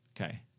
Okay